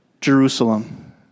Jerusalem